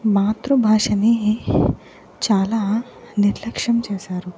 మాతృభాషని చాలా నిర్లక్ష్యం చేశారు